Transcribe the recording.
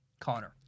Connor